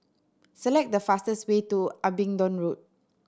select the fastest way to Abingdon Road